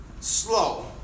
slow